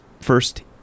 first